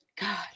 God